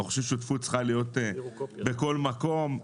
שותפות צריכה להיות בכל מקום.